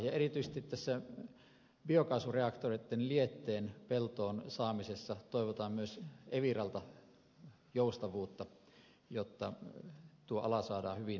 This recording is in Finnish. ja erityisesti tässä biokaasureaktoreitten lietteen peltoon saamisessa toivotaan myös eviralta joustavuutta jotta tuo ala saadaan hyvin liikkeelle